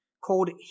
called